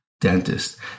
dentist